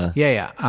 yeah.